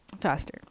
faster